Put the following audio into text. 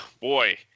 boy